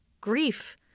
grief